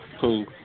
cool